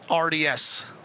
RDS